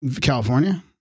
california